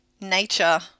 nature